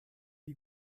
die